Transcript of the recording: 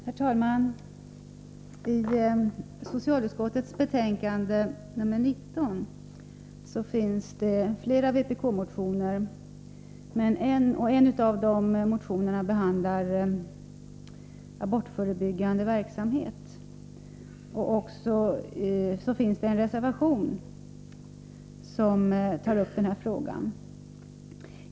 Herr talman! I socialutskottets betänkande 19 finns flera vpk-motioner. I en av dem behandlas frågan om abortförebyggande verksamhet. Samma fråga tas också upp i en reservation.